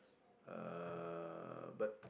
uh but